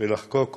ולחקוק אותן,